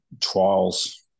trials